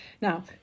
Now